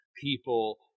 people